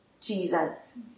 Jesus